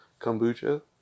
kombucha